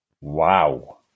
Wow